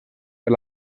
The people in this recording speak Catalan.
per